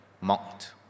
mocked